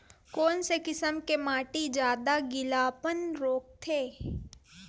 कोन से किसम के माटी ज्यादा गीलापन रोकथे?